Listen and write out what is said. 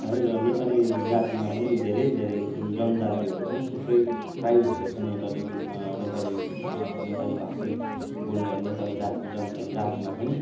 है र नेपाली जातिमा पनि धेरै धेरै जनजातिहरू छन् थुप्रै ट्राइब्सहरू छन् नेपाली ग्रुप नेपाली नेपाली भाषी बोल्ने नेपाली जाति जनजातिमा पनि